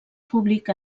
publica